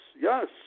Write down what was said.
yes